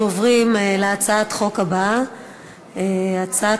אנחנו עוברים להצעת החוק הבאה: הצעת